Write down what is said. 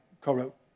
co-wrote